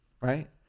right